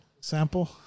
sample